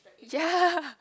ya